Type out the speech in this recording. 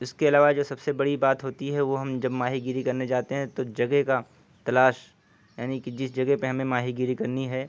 اس کے علاوہ جو سب سے بڑی بات ہوتی ہے وہ ہم جب ماہی گیری کرنے جاتے ہیں تو جگہ کا تلاش یعنی کہ جس جگہ پہ ہمیں ماہی گیری کرنی ہے